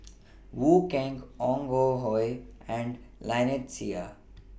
Wong Keen Ong Ah Hoi and Lynnette Seah